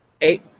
Eight